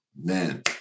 Man